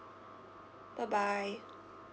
bye bye